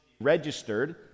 registered